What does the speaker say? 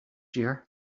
year